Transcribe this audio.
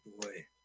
boy